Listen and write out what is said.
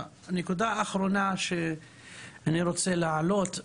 נקודה אחרונה שאני רוצה להעלות,